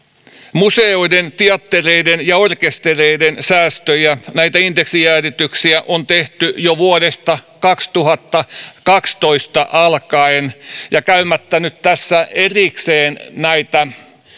museoiden teattereiden ja orkestereiden säästöjä näitä indeksijäädytyksiä on tehty jo vuodesta kaksituhattakaksitoista alkaen käymättä nyt tässä erikseen näitä